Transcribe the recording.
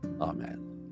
Amen